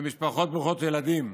במשפחות ברוכות ילדים.